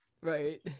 Right